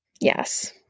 Yes